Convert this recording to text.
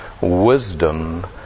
Wisdom